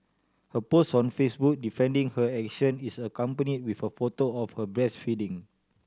her post on Facebook defending her action is accompany with a photo of her breastfeeding